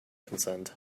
consent